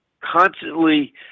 constantly –